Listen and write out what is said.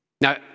Now